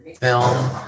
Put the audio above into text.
film